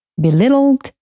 belittled